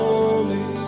Holy